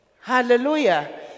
Hallelujah